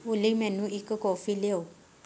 ਓਲੀ ਮੈਨੂੰ ਇੱਕ ਕੌਫੀ ਲਿਉ